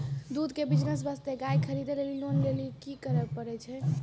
दूध के बिज़नेस वास्ते गाय खरीदे लेली लोन लेली की करे पड़ै छै?